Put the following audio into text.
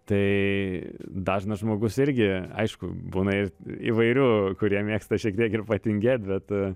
tai dažnas žmogus irgi aišku būna ir įvairių kurie mėgsta šiek tiek ir patingėt bet